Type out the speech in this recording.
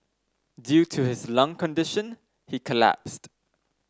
due to his lung condition he collapsed